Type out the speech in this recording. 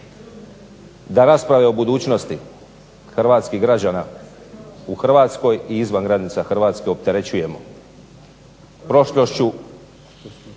da rasprave o budućnosti hrvatskih građana u Hrvatskoj i izvan granice Hrvatske opterećujemo prošlošću